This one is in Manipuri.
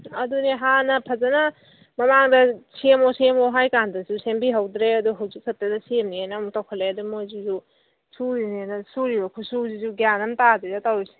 ꯑꯗꯨꯅꯦ ꯍꯥꯟꯅ ꯐꯖꯅ ꯃꯃꯥꯡꯗ ꯁꯦꯝꯃꯣ ꯁꯦꯝꯃꯣ ꯍꯥꯏꯕ ꯀꯥꯟꯗꯁꯨ ꯁꯦꯝꯕꯤꯍꯧꯗ꯭ꯔꯦ ꯑꯗꯨ ꯍꯧꯖꯤꯛ ꯈꯛꯇꯗ ꯁꯦꯝꯅꯦꯅ ꯑꯃꯨꯛ ꯇꯧꯈꯠꯂꯛꯑꯦ ꯑꯗꯣ ꯃꯈꯣꯏꯁꯤꯁꯨ ꯁꯨꯔꯤꯕꯅꯦꯅ ꯁꯨꯔꯤꯕ ꯈꯨꯁꯨꯁꯤꯁꯨ ꯒ꯭ꯌꯥꯟ ꯑꯃ ꯇꯥꯗ꯭ꯔꯦꯗ ꯇꯧꯔꯤꯁꯦ